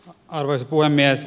arvoisa puhemies